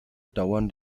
dauern